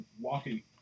walking